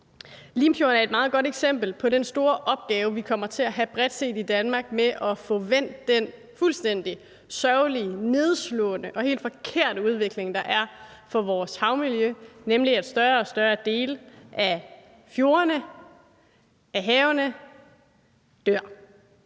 Limfjorden er et meget godt eksempel på den store opgave, vi bredt set i Danmark kommer til at få med at få vendt den fuldstændig sørgelige, nedslående og helt forkerte udvikling, der er for vores havmiljø, nemlig at større og større dele af fjordene og af havene dør.